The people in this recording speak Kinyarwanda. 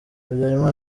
habyarima